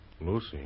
Lucy